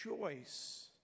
choice